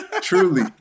Truly